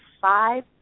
five